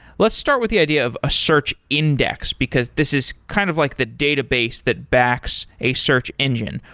let's start with the idea of a search index, because this is kind of like the database that backs a search engine.